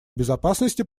безопасности